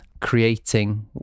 creating